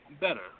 better